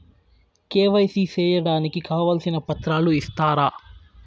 KYC సేయడానికి కావాల్సిన పత్రాలు ఇస్తారా?